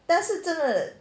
但是真的